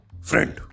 friend